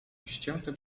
ścięte